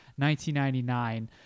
1999